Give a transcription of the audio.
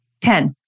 Ten